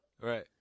right